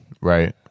Right